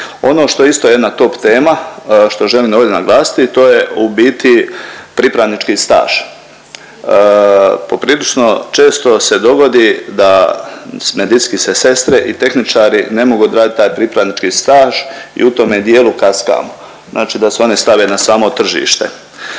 Ono što je isto jedna top tema, što želim ovdje naglasiti to je u biti pripravnički staž. Poprilično često se dogodi da medicinske sestre i tehničari ne mogu odraditi taj pripravnički staž i u tome dijelu kaskamo. Znači da se one stave na samo tržište.